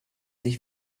sich